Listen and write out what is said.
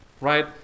right